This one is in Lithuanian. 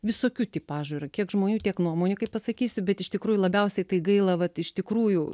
visokių tipažų yra kiek žmonių tiek nuomonių kaip pasakysiu bet iš tikrųjų labiausiai tai gaila vat iš tikrųjų